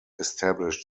established